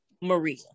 maria